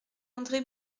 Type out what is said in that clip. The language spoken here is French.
andré